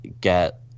get